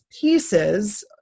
pieces